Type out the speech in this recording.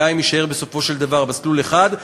גם אם יישאר בסופו של דבר מסלול אחד,